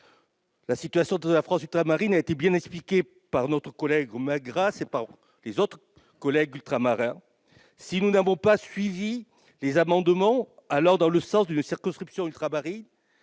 La situation de la France ultramarine a été bien expliquée par notre collègue Michel Magras et par nos autres collègues ultramarins. Si nous n'avons pas voté les amendements visant à créer une circonscription ultramarine,